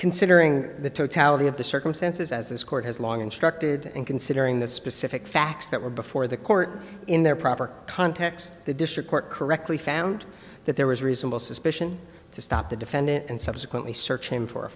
considering the totality of the circumstances as this court has long instructed and considering the specific facts that were before the court in their proper context the district court correctly found that there was reasonable suspicion to stop the defendant and subsequently search him for a